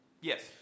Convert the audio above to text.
Yes